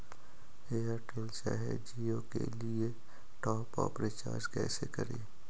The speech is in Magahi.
एयरटेल चाहे जियो के लिए टॉप अप रिचार्ज़ कैसे करी?